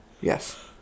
Yes